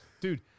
dude